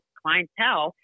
clientele